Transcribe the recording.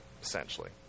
essentially